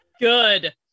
good